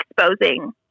exposing